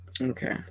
Okay